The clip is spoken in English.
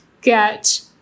get